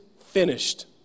finished